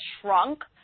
shrunk